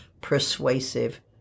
persuasive